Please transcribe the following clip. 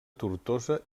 tortosa